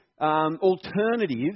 Alternative